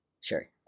sure